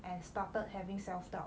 and started having self doubt